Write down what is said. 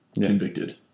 convicted